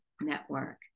Network